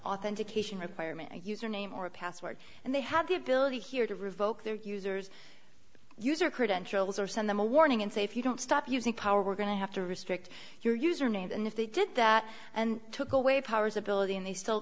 authentication requirement a user name or password and they have the ability here to revoke their users user credentials or send them a warning and say if you don't stop using power we're going to have to restrict your user name and if they did that and took away powers ability and they still